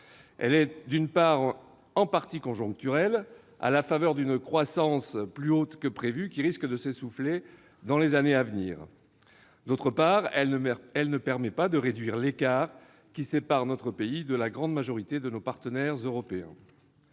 elle est en partie conjoncturelle, à la faveur d'une croissance plus forte que prévu, qui risque de s'essouffler dans les années à venir. D'autre part, elle ne permet pas de réduire l'écart qui sépare notre pays de la grande majorité de nos partenaires européens.